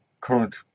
current